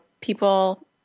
people